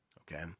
okay